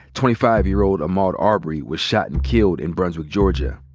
twenty five year old ahmaud arbery was shot and killed in brunswick, georgia.